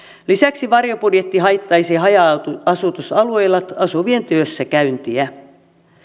lisäksi varjobudjetti haittaisi haja asutusalueilla asuvien työssäkäyntiä